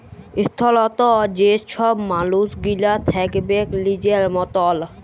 স্বতলত্র যে ছব মালুস গিলা থ্যাকবেক লিজের মতল